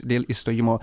dėl išstojimo